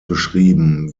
beschrieben